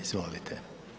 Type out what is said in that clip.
Izvolite.